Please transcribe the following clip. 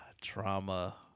Trauma